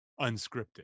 unscripted